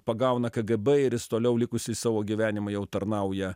pagauna kgb ir jis toliau likusį savo gyvenimą jau tarnauja